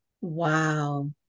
Wow